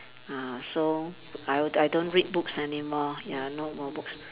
ah so I w~ I don't read books any more ya no more books